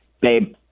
Babe